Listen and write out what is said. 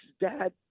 dad